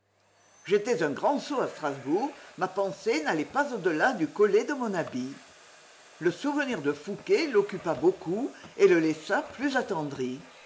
j'étais un grand sot à strasbourg ma pensée n'allait pas au-delà du collet de mon habit le souvenir de fouqué l'occupa beaucoup et le laissa plus attendri